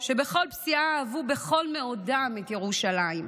שבכל פסיעה אהבו בכל מאודם את ירושלים,